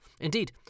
Indeed